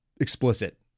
explicit